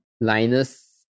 Linus